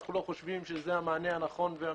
אנחנו לא חושבים שזה המענה הנכון והמיטבי.